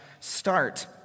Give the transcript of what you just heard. start